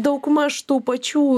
daugmaž tų pačių